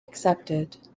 accepted